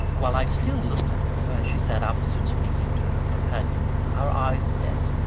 while i still looked at her, as she sat opposite speaking to her companion, our eyes met.